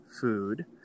food